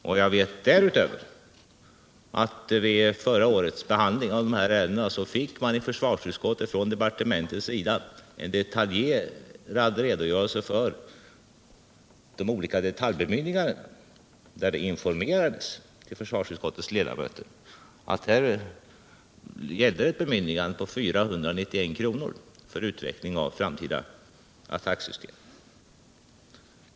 Därutöver vet jag att vid förra årets behandling av dessa ärenden fick försvarsutskottet av departementet en detaljerad redogörelse för de olika detaljbemyndigandena, där försvarsutskottets ledamöter informerades om att det här gällde ett bemyndigande på 491 milj.kr. för utveckling av framtida attacksystem.